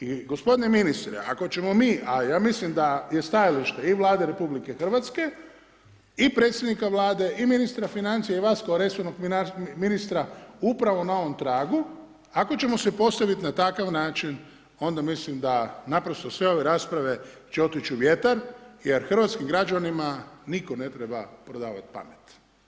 I gospodine ministre, ako ćemo mi, a ja mislim da je stajalište i Vlade RH i predsjednika Vlade i ministra financija i vas kao resornog ministra, upravo na ovom tragu, ako ćemo se postaviti na takav način, onda mislim, da naprosto sve ove rasprave će otići u vjetar, jer hrvatskim građanima, nitko ne treba prodavati pamet.